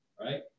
right